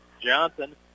Johnson